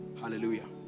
Hallelujah